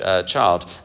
child